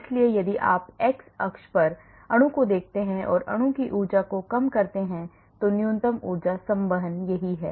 इसलिए यदि आप एक्स अक्ष पर अणु को देखते हैं और अणु की ऊर्जा को कम करते हैं तो न्यूनतम ऊर्जा संवहन यही है